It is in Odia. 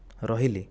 ରହିଲି